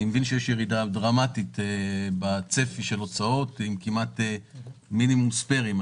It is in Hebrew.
אני מבין שיש ירידה דרמטית בצפי של ההוצאות עם כמעט מינימום ספיירים.